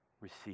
receive